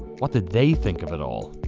what did they think of it all?